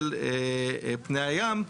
של פני הים,